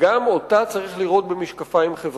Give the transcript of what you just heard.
שגם אותה צריך לראות במשקפיים חברתיים.